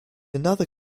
another